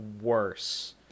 worse